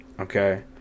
okay